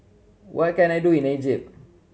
what can I do in Egypt